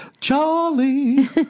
Charlie